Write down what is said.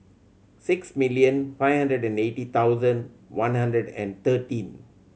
six million five hundred and eighty thousand one hundred and thirteen